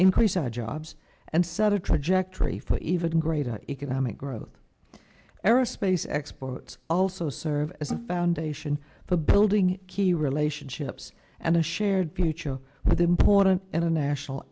increase our jobs and set a trajectory for even greater economic growth aerospace exports also serve as a foundation for building key relationships and a shared pluto with important international